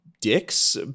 dicks